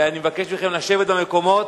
אני מבקש מכם לשבת במקומות.